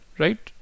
right